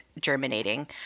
germinating